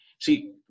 See